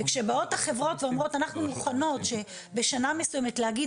כשבאות החברות ואומרות אנחנו מוכנות שבשנה מסוימת להגיד,